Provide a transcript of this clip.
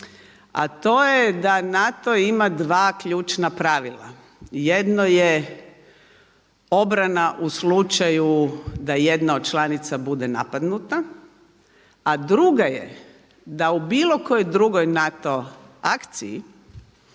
a to je da NATO ima dva ključna pravila. Jedno je obrana u slučaju da jedna od članica bude napadnuta, a druga je da u bilo kojoj drugoj NATO akciji,